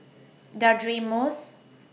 Deirdre Moss